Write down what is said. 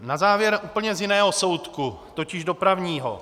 Na závěr úplně z jiného soudku, totiž dopravního.